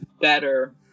better